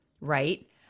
right